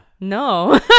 No